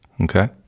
okay